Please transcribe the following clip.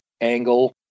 angle